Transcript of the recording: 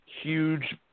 huge